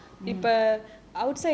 நல்லா இருக்கும்:nalla irukkum